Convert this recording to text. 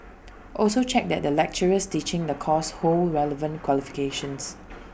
also check that the lecturers teaching the course hold relevant qualifications